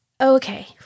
Okay